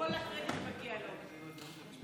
כל הקרדיט מגיע לו.